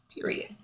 Period